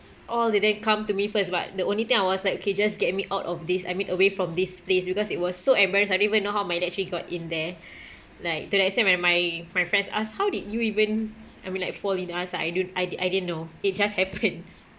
all didn't come to me first but the only thing I was like okay just get me out of this I mean away from this place because it was so embarrassed I didn't even know how my leg actually got in there like to the extent my my my friends ask how did you even I mean like fall in I was like I don't I did~ I didn't know it just happened